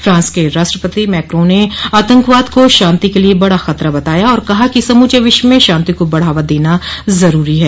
France के राष्ट्रपति Macron ने आतंकवाद को शांति के लिए बड़ा खतरा बताया और कहा कि समूचे विश्व में शांति को बढ़ावा देना जरूरी है